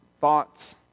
thoughts